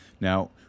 Now